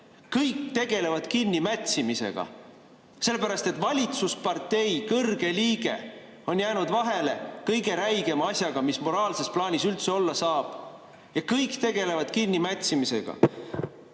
Kõik tegelevad kinnimätsimisega. Sellepärast et valitsuspartei kõrge liige on jäänud vahele kõige räigema asjaga, mis moraalses plaanis üldse olla saab, ja kõik tegelevad kinnimätsimisega.